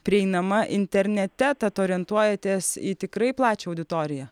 prieinama internete tad orientuojatės į tikrai plačią auditoriją